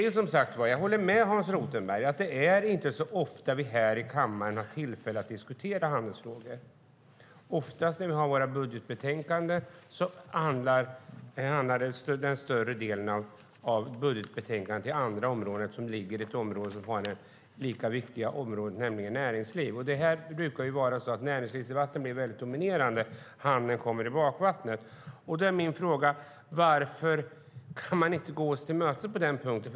Jag håller med Hans Rothenberg om att det inte är så ofta vi här i kammaren har tillfälle att diskutera handelsfrågor. Oftast när vi har våra budgetbetänkanden hamnar den större delen av budgetbetänkandet på andra områden, eftersom det ligger i ett område som har lika viktiga områden, nämligen näringsliv. Det brukar vara så att näringslivsdebatten blir väldigt dominerande och handeln kommer i bakvattnet. Min fråga är: Varför kan man inte gå oss till mötes på den punkten?